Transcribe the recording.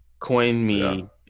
CoinMe